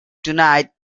tonight